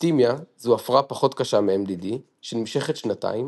דיסתימיה זו הפרעה פחות קשה מMDD שנמשכת שנתיים